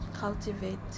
cultivate